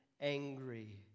angry